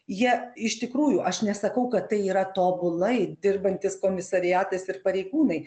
jie iš tikrųjų aš nesakau kad tai yra tobulai dirbantis komisariatas ir pareigūnai